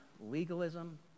legalism